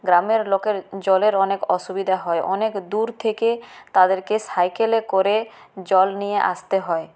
গ্রামের লোকের জলের অনেক অসুবিধা হয় অনেক দূর থেকে তাদেরকে সাইকেলে করে জল নিয়ে আসতে হয়